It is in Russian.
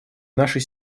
нашей